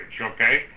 okay